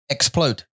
Explode